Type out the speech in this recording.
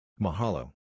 Mahalo